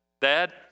dad